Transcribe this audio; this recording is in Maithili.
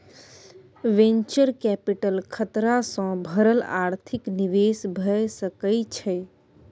वेन्चर कैपिटल खतरा सँ भरल आर्थिक निवेश भए सकइ छइ